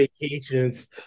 vacations